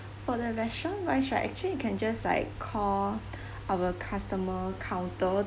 for the restaurant wise right actually you can just like call our customer counter